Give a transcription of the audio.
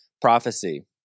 prophecy